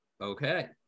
Okay